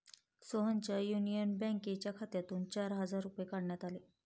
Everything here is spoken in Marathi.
सोहनच्या युनियन बँकेच्या खात्यातून चार हजार रुपये काढण्यात आले